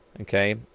Okay